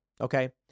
Okay